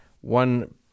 one